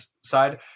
side